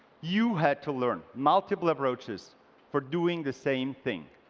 you had to learn multiple approaches for doing the same thing.